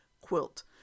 quilt